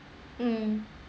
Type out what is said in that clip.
mm